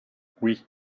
oui